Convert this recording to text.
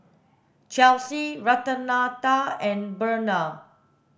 Chelsy Renata and Brenna